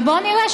ובואו נראה,